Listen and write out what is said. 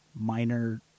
minor